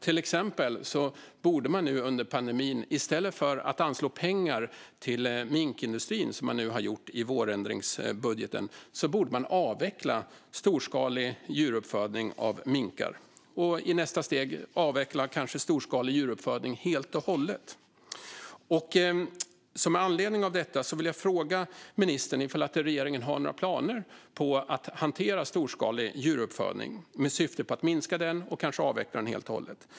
Till exempel borde man i stället för att anslå pengar till minkindustrin, som man nu har gjort i vårändringsbudgeten, avveckla storskalig djuruppfödning av minkar och i nästa steg kanske avveckla storskalig djuruppfödning helt och hållet. Med anledning av detta vill jag fråga ministern om regeringen har några planer på att hantera storskalig djuruppfödning i syfte att minska den och kanske avveckla den helt och hållet.